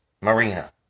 Marina